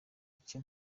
buke